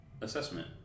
assessment